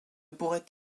pourrait